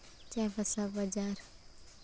ᱪᱟᱹᱭᱵᱟᱥᱟ ᱵᱟᱡᱟᱨ